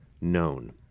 known